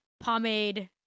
pomade